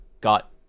got